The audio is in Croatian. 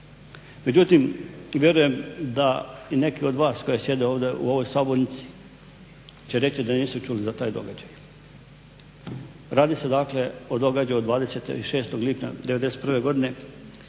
Međutim, vjerujem da i neki od vas koji sjede ovdje u ovoj sabornici će reći da nisu čuli za taj događaj. Radi se dakle o događaju od 26. lipnja 1991. godine